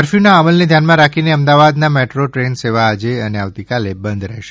કરફ્યૂના અમલને ધ્યાનમાં રાખીને અમદાવાદના મેટ્રો ટ્રેન સેવા આજે અને આવતીકાલે બંધ રહેશે